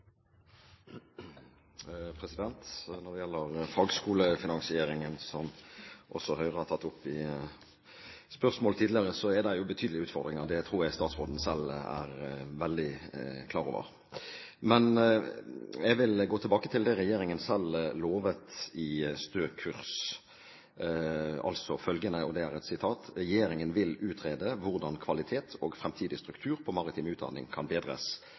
det betydelige utfordringer. Det tror jeg statsråden selv er veldig klar over. Men jeg vil gå tilbake til det regjeringen selv lovet i Stø kurs: «Regjeringen vil utrede hvordan kvalitet og framtidig struktur på maritim utdanning kan bedres